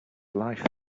life